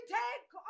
take